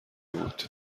بود